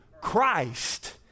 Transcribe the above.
Christ